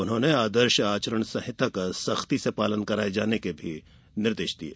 उन्होंने आदर्श आचरण संहिता का सख्ती से पालन कराये जाने के निर्देश दिये